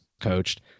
coached